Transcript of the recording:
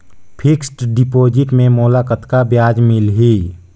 Fixed deposit मे मोला कतका ब्याज मिलही?